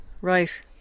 Right